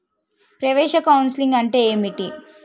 ప్రవేశ కౌన్సెలింగ్ అంటే ఏమిటి?